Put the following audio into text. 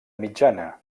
mitjana